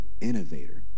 innovator